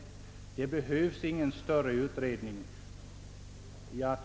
Det behövs ingen större utredning.